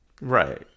right